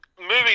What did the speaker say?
Moving